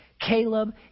Caleb